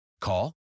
Call